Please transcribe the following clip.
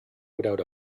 without